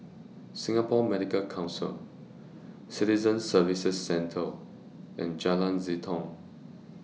Singapore Medical Council Citizen Services Centre and Jalan Jitong